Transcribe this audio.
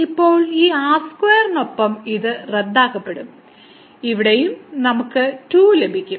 ഇപ്പോൾ ഈ r സ്ക്വയറിനൊപ്പം ഇത് റദ്ദാക്കപ്പെടും ഇവിടെയും നമുക്ക് 2 ലഭിക്കും